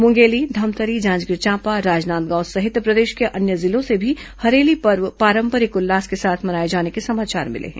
मुंगेली धमतरी जांजगीर चांपा राजनांदगांव सहित प्रदेश के अन्य जिलों से भी हरेली पर्व पारंपरिक उल्लास के साथ मनाए जाने के समाचार मिले हैं